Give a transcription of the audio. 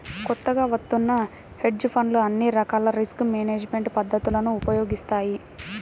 కొత్తగా వత్తున్న హెడ్జ్ ఫండ్లు అన్ని రకాల రిస్క్ మేనేజ్మెంట్ పద్ధతులను ఉపయోగిస్తాయి